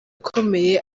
ikomeye